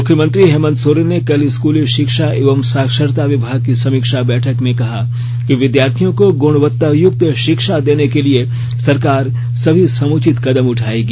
मुख्यमंत्री हेमन्त सोरेन ने कल स्कली शिक्षा एवं साक्षरता विभाग की समीक्षा बैठक में कहा कि विद्यार्थियों को गुणवत्तायुक्त शिक्षा देने के लिए सरकार सभी समुचित कदम उठाएगी